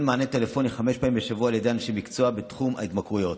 טלפוני חמש פעמים בשבוע על ידי אנשי מקצוע בתחום ההתמכרויות.